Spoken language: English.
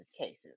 cases